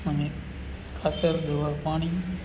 અમે ખાતર દવા પાણી